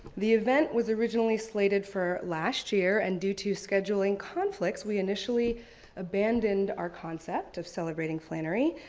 the event was originally slated for last year and due to scheduling conflicts we initially abandoned our concept of celebrating flannery.